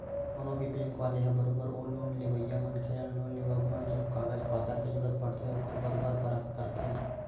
कोनो भी बेंक वाले ह बरोबर ओ लोन लेवइया मनखे ल लोन लेवब बर जउन कागज पतर के जरुरत पड़थे ओखर बरोबर परख करथे